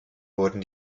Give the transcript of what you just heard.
wurden